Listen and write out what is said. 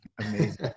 Amazing